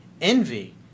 envy